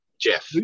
Jeff